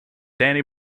dani